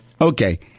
Okay